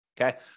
okay